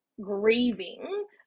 grieving